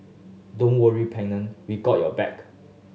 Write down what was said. don't worry Pennant we got your back